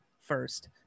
first